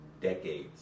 decades